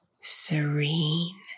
serene